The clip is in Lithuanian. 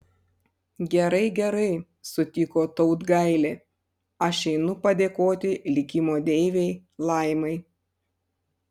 gerai gerai sutiko tautgailė aš einu padėkoti likimo deivei laimai